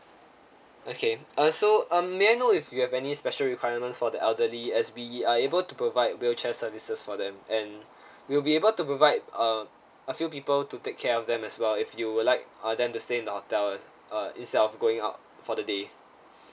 okay uh so um may I know if you have any special requirements for the elderly as we are able to provide wheelchair services for them and we'll be able to provide uh a few people to take care of them as well if you would like uh them to stay in the hotel uh instead of going out for the day